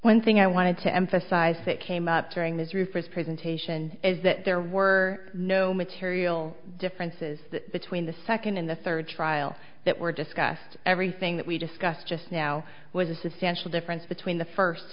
e thing i wanted to emphasize that came up during this roofers presentation is that there were no material differences between the second in the third trial that were discussed everything that we discussed just now was a substantial difference between the first